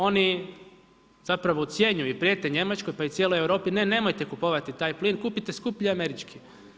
Oni zapravo ucjenjuju i prijete Njemačkoj pa i cijeloj Europi, ne, nemojte kupovati taj plin, kupite skuplji Američki.